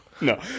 No